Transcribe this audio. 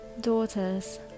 Daughters